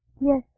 Yes